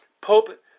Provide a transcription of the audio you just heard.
Pope